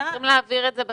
צריכים להעביר את זה בחקיקה.